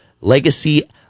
legacy